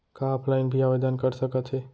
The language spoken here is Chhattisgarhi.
का ऑफलाइन भी आवदेन कर सकत हे?